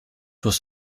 was